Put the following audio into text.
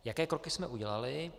Jaké kroky jsme udělali?